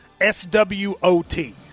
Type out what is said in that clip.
S-W-O-T